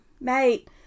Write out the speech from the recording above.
mate